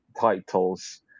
titles